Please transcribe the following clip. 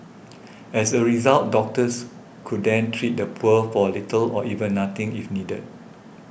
as a result doctors could then treat the poor for little or even nothing if needed